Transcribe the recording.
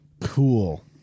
Cool